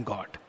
God